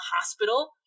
hospital